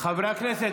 ליושב-ראש?